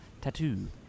tattoo